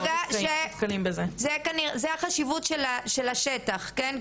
אז זו החשיבות של השטח, כן?